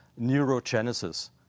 neurogenesis